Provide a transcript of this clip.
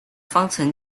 方程